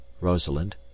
rosalind